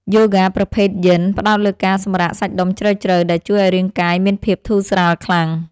យូហ្គាប្រភេទយិន ផ្ដោតលើការសម្រាកសាច់ដុំជ្រៅៗដែលជួយឱ្យរាងកាយមានភាពធូរស្រាលខ្លាំង។